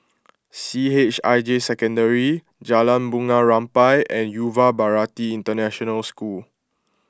C H I J Secondary Jalan Bunga Rampai and Yuva Bharati International School